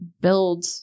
build